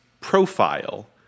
profile